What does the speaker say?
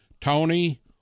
Tony